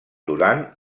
durant